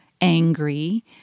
angry